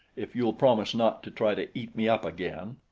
if you'll promise not to try to eat me up again.